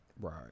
Right